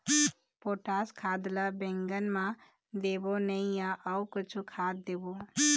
Potash खाद ला बैंगन मे देबो नई या अऊ कुछू खाद देबो?